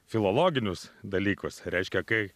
filologinius dalykus reiškia kai